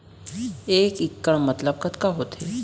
एक इक्कड़ मतलब कतका होथे?